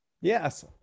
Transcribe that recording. Yes